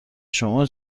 شما